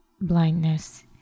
blindness